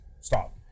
stop